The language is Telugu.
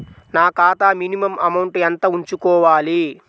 నా ఖాతా మినిమం అమౌంట్ ఎంత ఉంచుకోవాలి?